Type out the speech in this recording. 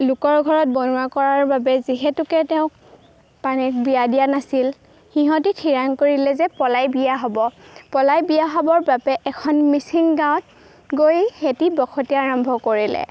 লোকৰ ঘৰত বনোৱা কৰাৰ বাবে যিহেতুকে তেওঁক পানীত বিয়া দিয়া নাছিল সিহঁতি ঠিৰাং কৰিলে যে পলাই বিয়া হ'ব পলাই বিয়া হ'বৰ বাবে এখন মিচিং গাঁৱত গৈ খেতি বসতি আৰম্ভ কৰিলে